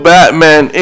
Batman